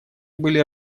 были